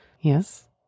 Yes